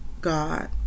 God